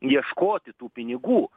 ieškoti tų pinigų